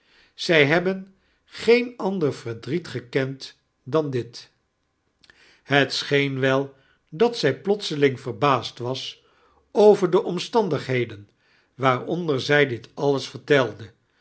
zij hebben geen ander verdriet gekend dan dit het seheen wel dat zij plotseling verbaasd was over de omstandigheden waarontteir zij dit ahe vertelde